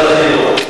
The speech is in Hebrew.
הצבעה.